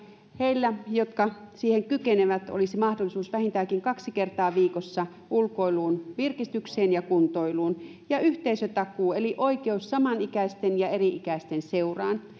heillä jotka siihen kykenevät olisi mahdollisuus vähintäänkin kaksi kertaa viikossa ulkoiluun virkistykseen ja kuntoiluun ja yhteisötakuu eli oikeus samanikäisten ja eri ikäisten seuraan